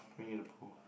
Winnie-the-Pooh